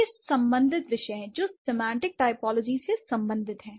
ये सभी संबंधित विषय हैं जो सेमांटिक टाइपोलॉजी से संबंधित हैं